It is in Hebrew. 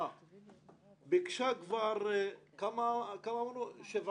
השרה המכובדה הזאת הייתה באשדוד לפני שנתיים